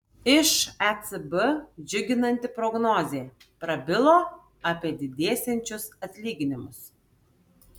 iš ecb džiuginanti prognozė prabilo apie didėsiančius atlyginimus